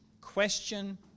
question